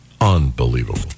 Unbelievable